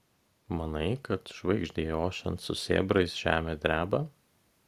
manai kad žvaigždei ošiant su sėbrais žemė dreba